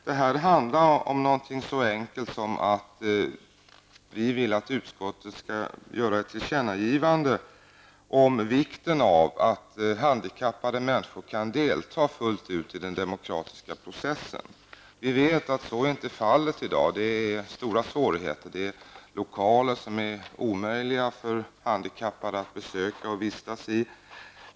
Det här handlar ju om något så enkelt som att vi vill att utskottet skall göra ett tillkännagivande om vikten av att handikappade människor kan delta fullt ut i den demokratiska processen. Vi vet att så inte är fallet i dag. Svårigheterna är stora. Det kan vara lokaler som är omöjliga för handikappade att besöka och vistas i.